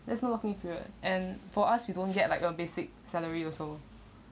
that's lock-in period and for us you don't get like a basic salary also